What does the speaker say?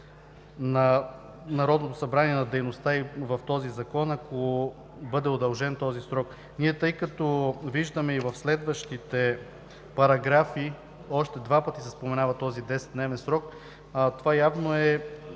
Народното събрание, на дейността ѝ в този закон, ако бъде удължен този срок. Ние, тъй като виждаме и в следващите параграфи – още два пъти се споменава този 10-дневен срок, това явно е